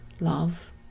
love